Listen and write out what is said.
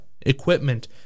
equipment